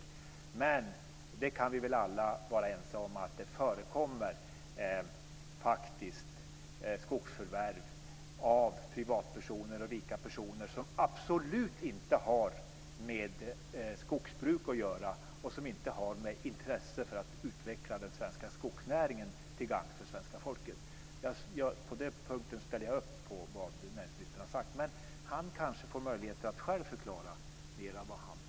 Men vi kan nog alla vara ense om att det förekommer skogsförvärv av privatpersoner och rika personer som absolut inte har med skogsbruk att göra och som inte har något intresse för att utveckla den svenska skogsnäringen, till gagn för svenska folket. På den punkten ställer jag upp på vad näringsministern har sagt. Han får kanske själv möjlighet att förklara vad han menade med detta senare.